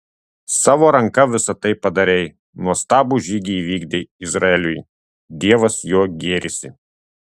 savo ranka visa tai padarei nuostabų žygį įvykdei izraeliui dievas juo gėrisi